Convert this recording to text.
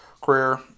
career